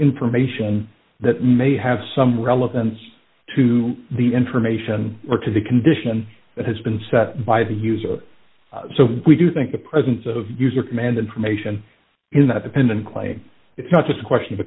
information that may have some relevance to the information or to the condition that has been set by the user so we do think the presence of user command information in that dependent claim it's not just a question of